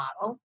model